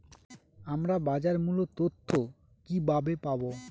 আমরা বাজার মূল্য তথ্য কিবাবে পাবো?